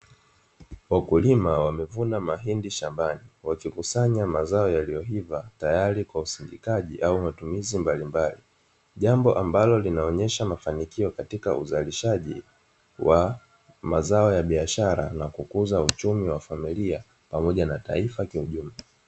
Wakulima wamevuna mahindi shambani, wakikusanya mazao yaliyoiva tayari kwa usindikaji au matumizi mbalimbali, jambo ambalo linaonyesha mafanikio katika uzalishaji wa mazao ya biashara na kukuza uchumi wa famiilia pamoja na taifa kwa ujumla.